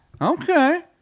Okay